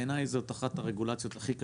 בעיני זאת אחת הרגולציות הכי קשות,